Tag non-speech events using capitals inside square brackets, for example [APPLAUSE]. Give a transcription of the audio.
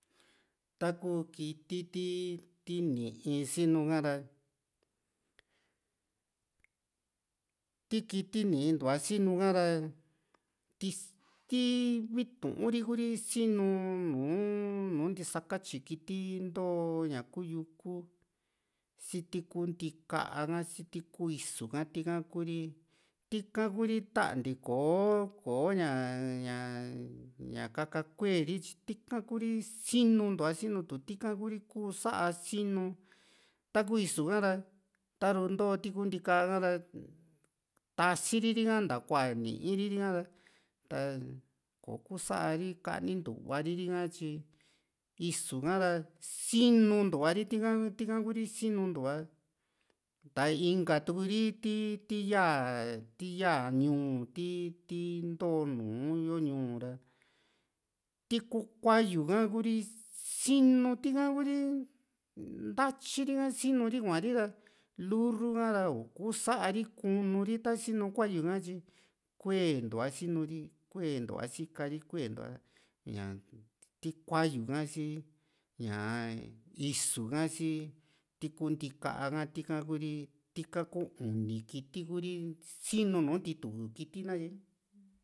taku kiiti ti ni´i sinu ka´ra [HESITATION] tii kiti n´i ntua sinu ha´ra ti ti viitu ri kuu ri sinu nùù nu ntisa katyi kiti ntoo ña kuu yuku sii ti kuu nti´kaa ha sii ti kuu isu ha tika kuu ri tika kuu ri tante kò´o ko ñaa ña kaka kuee ri tyiti´ka kuu ri sinintua sinu tu tika kuu ri kuu sa´a sinu taku isu ha´ra taru into ti kuu nti´ka a´ra tasiri ri´ka ntakua nii ri ri´ka ra ta kò´o kusari kani ntu´vari ri´ka tyi isu ka´ra sinuntu´va ri tika tika kuu ri sinununtu´a ta inka tuu ri ti ti yaa ti yaá a ñuu ti ti ntoo nùù yo ñuu ra ti ku kuayu ka ku´ri sinu´tika kuu ri ntatyiri ka sinu ri kua´ri ra lurru ha ra in kuusa ri kunu ri ta sinu kuayu ha tyi kuen tua sinu ri kuen ntua sika ri kuen tua ña ti kuayu ka si ñaa isu ka si tiku nti´ka ha ti´ha kuu ri tika kuu uni kiti kuu ri sii´nu nu ntii tu kiti.